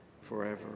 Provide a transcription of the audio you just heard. forever